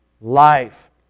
life